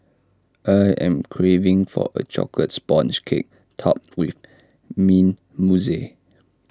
I am craving for A Chocolate Sponge Cake Topped with Mint Mousse